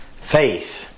Faith